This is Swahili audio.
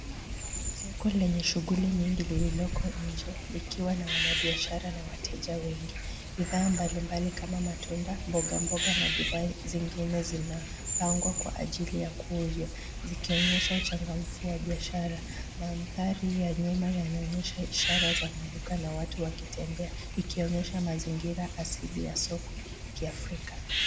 Soko lenye shughuli nyingi lililoko nje likiwa na wanabiashara na wateja wengi. Bidhaa mbalimbali kama matunda, mbogamboga na bidhaa zingine zinapangwa kwa ajili ya kuuzwa zikionyesha uchangamfu wa biashara. Mandhari ya nyuma yanaonyesha ishara za maduka na watu wakitembea ikionyesha mazingira asili ya soko la kiafrika.